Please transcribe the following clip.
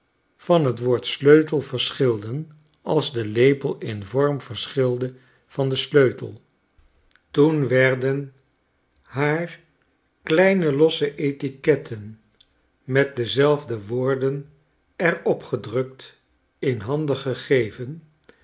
van t woord sleutel verschilden als de lepel in vorm verschilde van den sleutel toen werden haar kleine losse etiquetten met dezelfde woorden er op gedrukt in handen gegeven